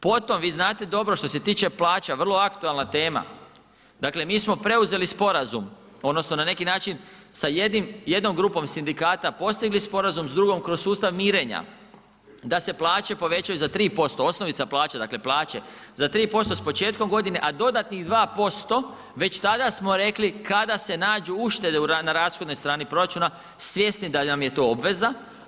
Potom, vi znate dobro što se tiče plaća, vrlo aktualna tema, dakle mi smo preuzeli sporazum, odnosno na neki način sa jednom grupom sindikata postigli sporazum, s drugom kroz sustav mirenja da se plaće povećaju za 3%, osnovica plaće dakle plaće za 3% s početkom godine, a dodatnih 2% već tada smo rekli kada se nađu uštede na rashodnoj strani proračuna, svjesni da nam je to obveza.